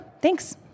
Thanks